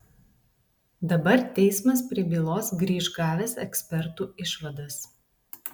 dabar teismas prie bylos grįš gavęs ekspertų išvadas